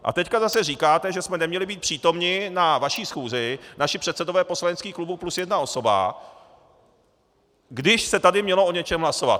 A teď zase říkáte, že jsme neměli být přítomni na vaší schůzi, naši předsedové poslaneckých klubů plus jedna osoba, když se tady mělo o něčem hlasovat.